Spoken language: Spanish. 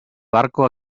barco